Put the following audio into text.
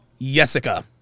Jessica